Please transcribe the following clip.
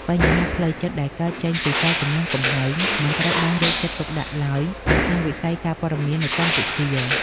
បញ្ហាផ្លូវចិត្តដែលកើតចេញពីការគំរាមកំហែង មិនត្រូវបានយកចិត្តទុកដាក់ឡើយនៅក្នុងវិស័យសារព័ត៌មាននៅកម្ពុជា។